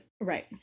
Right